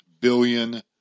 billion